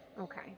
Okay